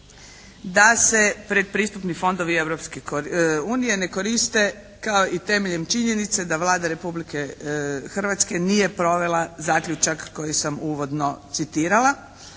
da se predpristupni fondovi Europske unije ne koriste kao i temeljem činjenice da Vlada Republike Hrvatske nije provela zaključak koji sam uvodno citirala.